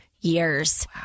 years